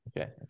okay